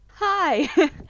Hi